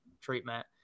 treatment